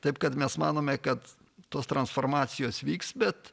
taip kad mes manome kad tos transformacijos vyks bet